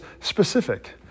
specific